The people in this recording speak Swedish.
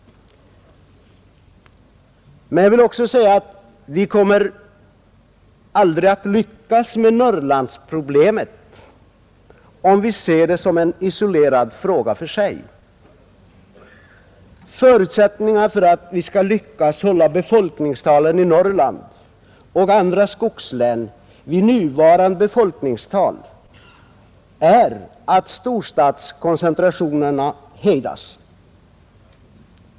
Jag vill också säga att vi aldrig kommer att lyckas med Norrlandsproblemet, om vi ser det som en isolerad fråga. Förutsättningen för att vi skall lyckas hålla befolkningstalet i Norrland och andra skogslän vid nuvarande nivå är att storstadskoncentrationen hejdas.